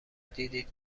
دیدید